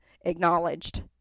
acknowledged